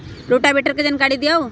Rotavator के जानकारी दिआउ?